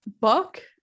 book